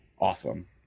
awesome